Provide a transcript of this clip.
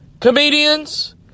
comedians